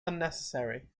unnecessary